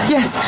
Yes